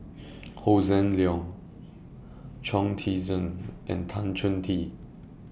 Hossan Leong Chong Tze Chien and Tan Chong Tee